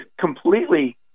completely